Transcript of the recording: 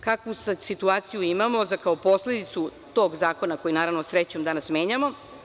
Kakvu sada situaciju imamo za kao posledicu tog zakona, koji naravno, srećom danas menjamo?